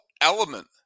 element